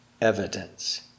evidence